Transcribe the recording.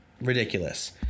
Ridiculous